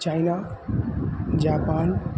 China Japan